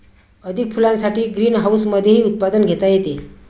अधिक फुलांसाठी ग्रीनहाऊसमधेही उत्पादन घेता येते